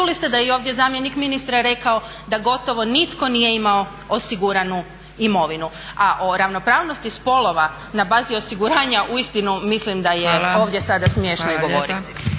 čuli ste da je i ovdje zamjenik ministra rekao da gotovo nitko nije imao osiguranu imovinu. A o ravnopravnosti spolova na bazi osiguranja uistinu mislim da je ovdje sada smiješno i govoriti.